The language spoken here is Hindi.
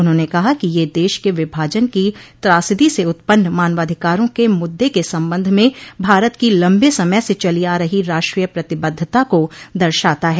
उन्होंने कहा कि यह देश के विभाजन की त्रासदी से उत्पन्न मानवाधिकारों के मद्दे के संबंध में भारत की लम्बे समय से चली आ रही राष्ट्रीय प्रतिबद्धता को दर्शाता है